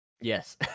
yes